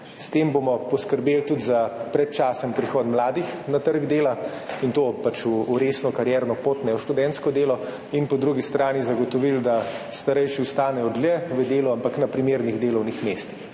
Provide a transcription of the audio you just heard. S tem bomo poskrbeli tudi za predčasen prihod mladih na trg dela in to v resno karierno pot, ne v študentsko delo, in po drugi strani zagotovili, da starejši ostanejo dlje v delu, ampak na primernih delovnih mestih.